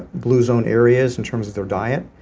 blue zone areas in terms of their diet,